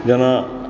जेना